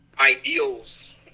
ideals